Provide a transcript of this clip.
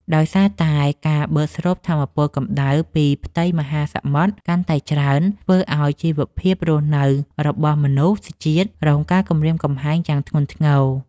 ដោយសារតែការបឺតស្រូបថាមពលកម្ដៅពីផ្ទៃមហាសមុទ្រកាន់តែច្រើន ដែលធ្វើឱ្យជីវភាពរស់នៅរបស់មនុស្សជាតិរងការគំរាមកំហែងយ៉ាងធ្ងន់ធ្ងរ។